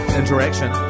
interaction